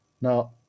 Now